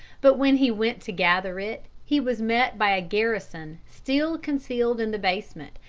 but when he went to gather it he was met by a garrison still concealed in the basement,